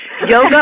Yoga